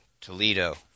Toledo